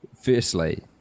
firstly